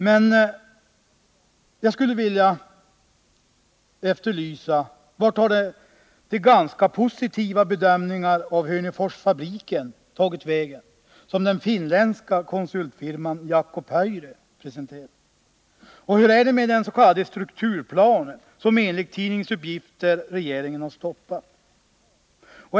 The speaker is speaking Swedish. Men jag skulle vilja fråga: Vart har de ganska positiva bedömningar av Hörneforsfabriken tagit vägen som den finländska konsultfirman Jaako Pöyry presenterat? Hur är det med den s.k. strukturplanen som regeringen enligt tidningsuppgifter har stoppat?